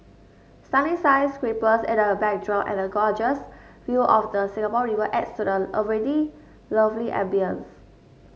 stunning sky scrapers in the a backdrop and a gorgeous view of the Singapore River adds to the already lovely ambience